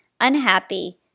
unhappy